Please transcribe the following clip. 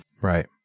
right